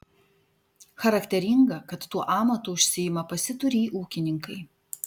charakteringa kad tuo amatu užsiima pasiturį ūkininkai